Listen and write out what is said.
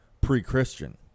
pre-Christian